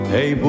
Hey